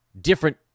Different